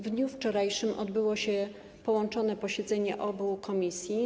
W dniu wczorajszym odbyło się połączone posiedzenie obu komisji.